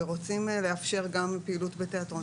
ורוצים לאפשר גם פעילות בתיאטרון,